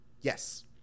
Yes